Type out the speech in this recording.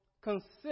consider